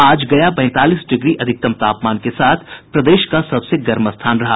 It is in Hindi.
आज गया पैंतालीस डिग्री अधिकतम तापमान के साथ प्रदेश का सबसे गर्म स्थान रहा